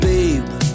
Babe